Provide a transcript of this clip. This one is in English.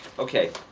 okay.